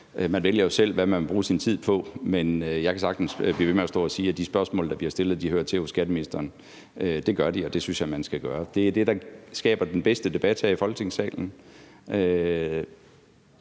Man vælger jo selv, hvad man vil bruge sin tid på, men jeg kan sagtens blive ved med at stå og sige, at de spørgsmål, der bliver stillet, hører til hos skatteministeren. Det gør de, og jeg synes, man skal stille dem der. Det er det, der skaber den bedste debat her i Folketingssalen,